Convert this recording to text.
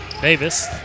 Davis